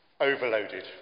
Overloaded